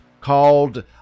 called